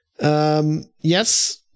Yes